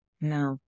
No